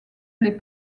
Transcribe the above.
les